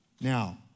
Now